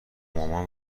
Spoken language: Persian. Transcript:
مامان